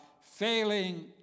failing